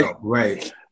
right